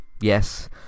Yes